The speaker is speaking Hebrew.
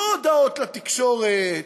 לא הודעות לתקשורת,